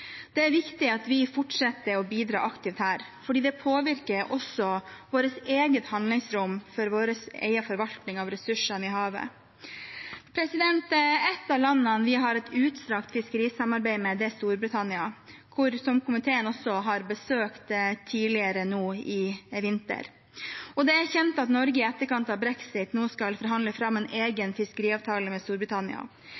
Det er viktig at vi fortsetter å bidra aktivt her, fordi det påvirker også vårt eget handlingsrom for egen forvaltning av ressursene i havet. Et av landene vi har et utstrakt fiskerisamarbeid med, er Storbritannia, som komiteen også besøkte tidligere i vinter, og det er kjent at Norge nå i etterkant av brexit skal forhandle fram en